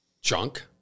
junk